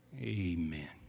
Amen